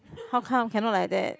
how come cannot like that